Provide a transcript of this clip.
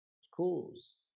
schools